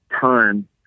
time